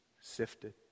sifted